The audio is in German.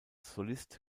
solist